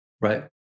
Right